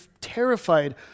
terrified